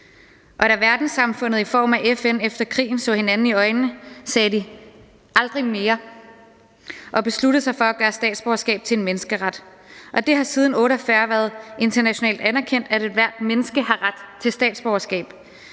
da verdenssamfundet i form af FN efter krigen så hinanden i øjnene, sagde de »aldrig mere« og besluttede sig for at gøre statsborgerskab til en menneskeret. Det har siden 1948 været internationalt anerkendt, at ethvert menneske har ret til et statsborgerskab